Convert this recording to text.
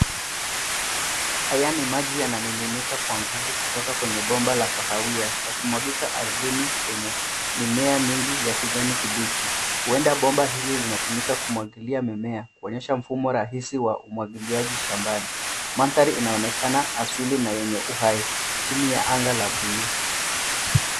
Haya ni maji yanamiminika kwa nguvu kutoka kwenye bomba la kahawia yakimwagika ardhini enye mimea mingi ya kijani kibichi. Huenda bomba hili linatumika katika kumwagilia mimea kuonyesha mfumo rahisi wa umwagiliaji shambani. Mandhari inaonekana asili na yenye uhai chini ya anga la buluu.